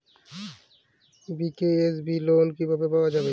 BKSB loan কিভাবে পাওয়া যাবে?